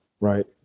Right